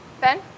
Ben